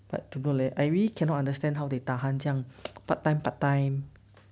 but don't know leh I really cannot understand how they tahan 这样 part time part time